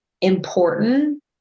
important